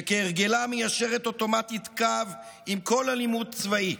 שכהרגלה מיישרת אוטומטית קו עם כל אלימות צבאית,